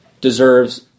deserves